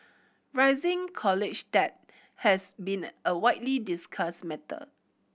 rising college debt has been a widely discussed matter